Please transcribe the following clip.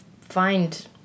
find